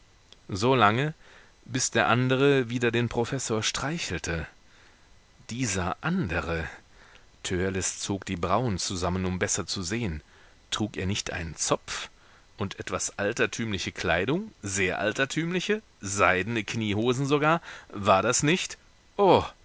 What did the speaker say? bis der andere wieder den professor streichelte dieser andere törleß zog die brauen zusammen um besser zu sehen trug er nicht einen zopf und etwas altertümliche kleidung sehr altertümliche seidene kniehosen sogar war das nicht